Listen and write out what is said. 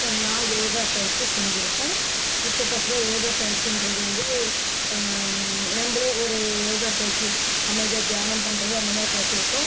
இப்போ நான் யோகா பயிற்சி செஞ்சிருக்கேன் இப்போ யோகா பயிற்சின்றது வந்து நம்மளே ஒரு யோகா பயிற்சி அமைதியாக தியானம் பண்ணுறது அந்த மாதிரி கற்றுக்கிட்டோம்